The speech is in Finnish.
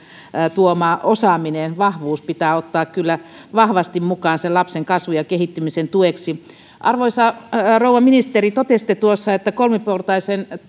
tuoma osaaminen vahvuus pitää kyllä ottaa vahvasti mukaan sen lapsen kasvun ja kehittymisen tueksi arvoisa rouva ministeri totesitte tuossa että